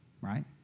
Right